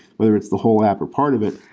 whether it's the whole app or part of it,